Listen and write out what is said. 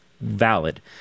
valid